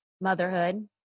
motherhood